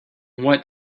what